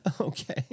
Okay